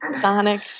sonic